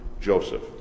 Joseph